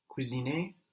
cuisiner